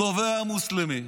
התובע המוסלמי.